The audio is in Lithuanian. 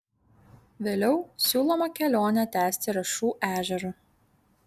vėliau siūloma kelionę tęsti rašų ežeru